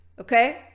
okay